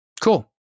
Cool